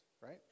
right